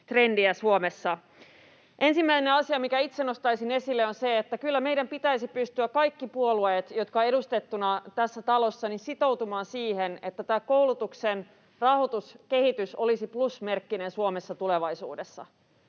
trendiä Suomessa. Ensimmäinen asia, minkä itse nostaisin esille, on se, että kyllä meidän pitäisi pystyä, kaikkien puolueiden, jotka ovat edustettuna tässä talossa, sitoutumaan siihen, että tämä koulutuksen rahoituskehitys olisi plusmerkkinen Suomessa tulevaisuudessa.